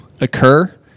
occur –